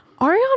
Ariana